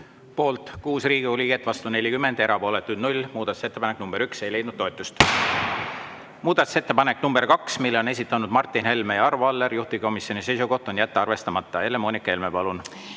Poolt 6 Riigikogu liiget, vastu 40, erapooletuid 0. Muudatusettepanek nr 1 ei leidnud toetust. Muudatusettepanek nr 2. Selle on esitanud Martin Helme ja Arvo Aller, juhtivkomisjoni seisukoht on jätta arvestamata. Helle-Moonika Helme, palun!